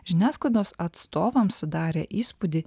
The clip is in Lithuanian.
žiniasklaidos atstovams sudarė įspūdį